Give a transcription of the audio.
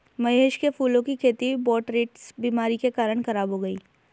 महेश के फूलों की खेती बोटरीटिस बीमारी के कारण खराब हो गई